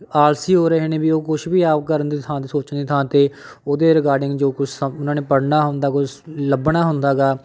ਆਲਸੀ ਹੋ ਰਹੇ ਨੇ ਵੀ ਉਹ ਕੁਛ ਵੀ ਆਪ ਕਰਨ ਦੀ ਥਾਂ 'ਤੇ ਸੋਚਣ ਦੀ ਥਾਂ 'ਤੇ ਉਹਦੇ ਰਿਗਾਰਡਿੰਗ ਜੋ ਕੁਛ ਸਭ ਉਹਨਾਂ ਨੇ ਪੜ੍ਹਨਾ ਹੁੰਦਾ ਕੁਛ ਲੱਭਣਾ ਹੁੰਦਾ ਹੈਗਾ